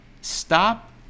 Stop